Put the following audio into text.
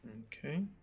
Okay